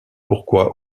pourquoi